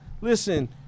listen